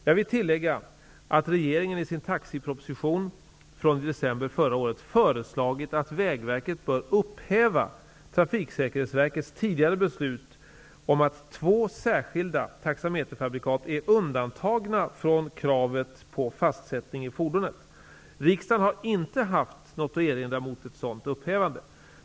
Jag vill tillägga att regeringen i sin taxiproposition från i december förra året föreslog att Vägverket bör upphäva Trafiksäkerhetsverkets tidigare beslut om att två särskilda taxameterfabrikat är undantagna från kravet på fastsättning i fordonet. Riksdagen har inte haft något att erinra mot ett sådant upphävande.